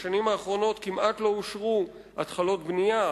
בשנים האחרונות כמעט לא אושרו התחלות בנייה,